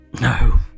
No